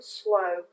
slow